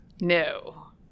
No